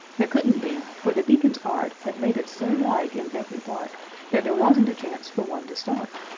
there couldn't be for the deacon's art had made it so like in every part that there wasn't a chance for one to start.